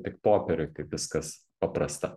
tik popieriuj kaip viskas paprasta